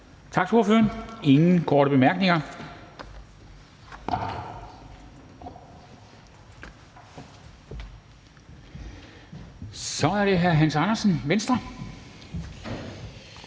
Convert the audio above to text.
Tak til ordføreren. Der er ingen korte bemærkninger. Så er det hr. Hans Andersen, Venstre.